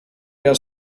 der